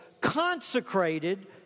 consecrated